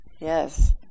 Yes